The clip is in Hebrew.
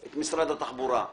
את משרד התחבורה.